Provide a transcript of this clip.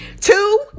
Two